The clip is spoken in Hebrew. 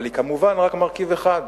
אבל היא כמובן רק מרכיב אחד.